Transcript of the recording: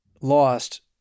lost